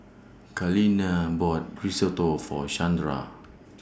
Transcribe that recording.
Kaleena bought Risotto For Shandra